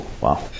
Wow